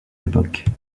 époques